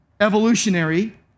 evolutionary